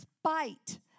spite